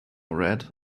red